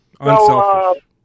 Unselfish